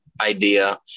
idea